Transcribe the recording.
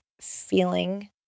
feeling